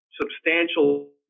substantial